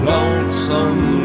Lonesome